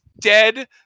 dead